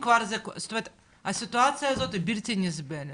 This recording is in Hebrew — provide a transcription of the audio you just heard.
זאת אומרת, הסיטואציה הזו היא בלתי נסבלת.